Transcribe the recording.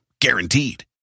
Guaranteed